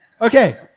Okay